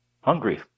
hungry